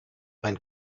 mein